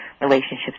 relationships